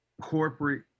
corporate